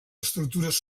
estructures